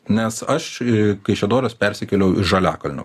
nes aš į kaišiadoris persikėliau iš žaliakalnio